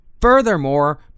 Furthermore